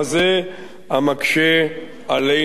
המקשה עלינו מאוד,